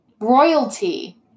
royalty